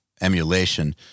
emulation